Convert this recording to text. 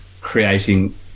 creating